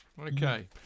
Okay